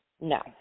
no